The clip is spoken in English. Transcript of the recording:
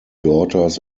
daughters